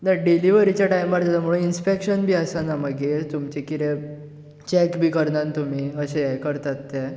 the डिलिवरीच्या टायमार inspection बीन आसना मागीर तुमचे कितें चॅक बी करनात तुमी अशें हें करतात तें